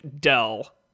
dell